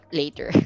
later